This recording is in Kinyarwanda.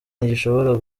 ntigishobora